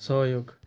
सहयोग